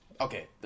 Okay